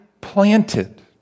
planted